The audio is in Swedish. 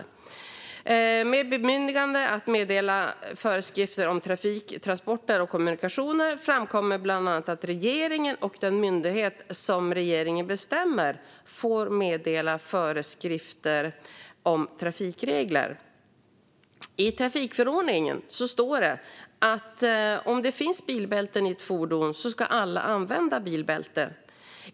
I samband med bemyndigande att meddela föreskrifter om trafik, transporter och kommunikationer framkommer bland annat att regeringen och den myndighet som regeringen bestämmer får meddela föreskrifter om trafikregler. I trafikförordningen står det att om det finns bilbälten i ett fordon ska alla använda bilbälte.